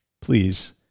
please